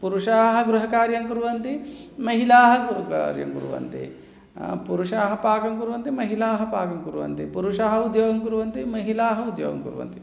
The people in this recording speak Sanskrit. पुरुषाः गृहकार्यं कुर्वन्ति महिलाः गृहकार्यं कुर्वन्ति पुरुषाः पाकं कुर्वन्ति महिलाः पाकं कुर्वन्ति पुरुषाः उद्योगं कुर्वन्ति महिलाः उद्योगं कुर्वन्ति